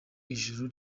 ijuru